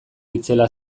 itzela